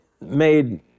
made